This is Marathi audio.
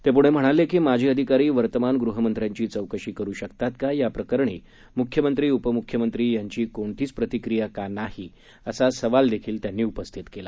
ते पुढे म्हणाले की माजी अधिकारी वर्तमान गृहमंत्र्यांची चौकशी करू शकतो का याप्रकरणी मुख्यमंत्री उपमुख्यमंत्री यांची कोणतीच प्रतिक्रिया का नाही असा सवालदेखील त्यांनी उपस्थित केला